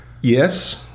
yes